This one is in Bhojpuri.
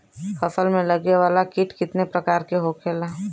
फसल में लगे वाला कीट कितने प्रकार के होखेला?